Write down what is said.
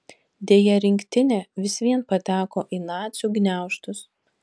deja rinktinė vis vien pateko į nacių gniaužtus